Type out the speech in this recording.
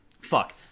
Fuck